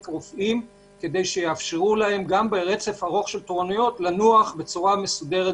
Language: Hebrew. ויותר רופאים שיאפשרו להם ברצף ארוך של תורנויות לנוח בלילה.